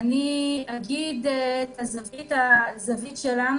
אגיד את הזווית שלנו,